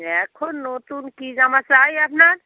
এখন নতুন কী জামা চাই আপনার